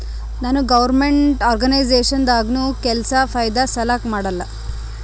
ನಾನ್ government organisation ದಾಗ್ನು ಕೆಲ್ಸಾ ಫೈದಾ ಸಲಾಕ್ ಮಾಡಲ್ಲ